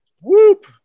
Whoop